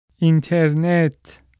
Internet